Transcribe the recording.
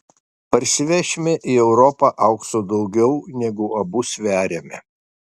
parsivešime į europą aukso daugiau negu abu sveriame